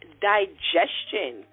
digestion